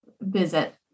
visit